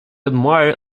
admire